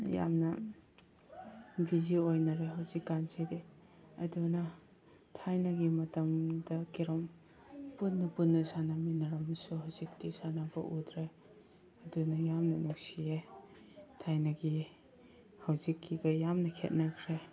ꯌꯥꯝꯅ ꯕꯤꯖꯤ ꯑꯣꯏꯅꯔꯦ ꯍꯧꯖꯤꯛꯀꯥꯟꯁꯤꯗꯤ ꯑꯗꯨꯅ ꯊꯥꯏꯅꯒꯤ ꯃꯇꯝꯗ ꯀꯦꯔꯣꯝ ꯄꯨꯟꯅ ꯄꯨꯟꯅ ꯁꯥꯟꯅꯃꯤꯟꯅꯔꯝꯕꯁꯨ ꯍꯧꯖꯤꯛꯇꯤ ꯁꯥꯟꯅꯕ ꯎꯗ꯭ꯔꯦ ꯑꯗꯨꯅ ꯃꯌꯥꯝꯗꯨ ꯅꯨꯡꯁꯤꯌꯦ ꯊꯥꯏꯅꯒꯤ ꯍꯧꯖꯤꯛꯀꯤꯒ ꯌꯥꯝꯅ ꯈꯦꯅꯈ꯭ꯔꯦ